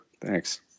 Thanks